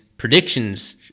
Predictions